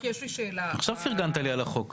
עכשיו פרגנת לי על החוק.